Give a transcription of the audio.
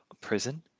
prison